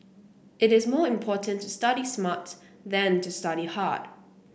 it is more important to study smart than to study hard